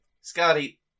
Scotty